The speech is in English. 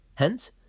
Hence